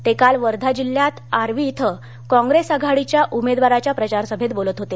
ते काल वर्धा जिल्ह्यात आर्वी इथं काँग्रेस आघाडीच्या उमेदवाराच्या प्रचारसभेत बोलत होते